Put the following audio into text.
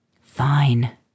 Fine